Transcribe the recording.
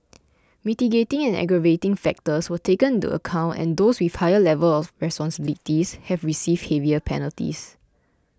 mitigating and aggravating factors were taken into account and those with higher level of responsibilities have received heavier penalties